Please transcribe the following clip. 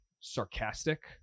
sarcastic